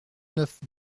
neuf